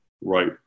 right